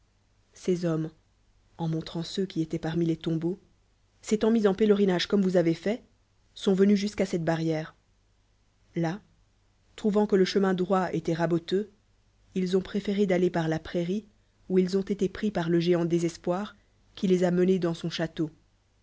ces hommes en niontrantceux qui étoient parmi les tombeaux s'étant mis en pélerinage cotnme vous avez fait sont veous jusqu'à cette barrièl e là trouvant que le chemin droit étoit raboteux ils ont préféré d'aller par la prairie où ils ont été pris par le géant désespoir qui les a menés dans son châ